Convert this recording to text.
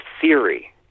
theory